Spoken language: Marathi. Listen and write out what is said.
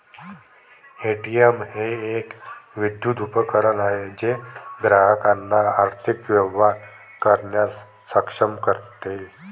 ए.टी.एम हे एक विद्युत उपकरण आहे जे ग्राहकांना आर्थिक व्यवहार करण्यास सक्षम करते